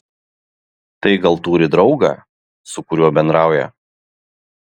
tai gal turi draugą su kuriuo bendrauja